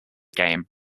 game